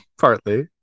Partly